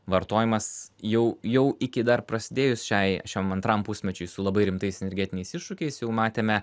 vartojimas jau jau iki dar prasidėjus šiai šiam antram pusmečiui su labai rimtais energetiniais iššūkiais jau matėme